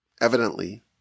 Evidently